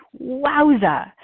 wowza